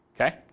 Okay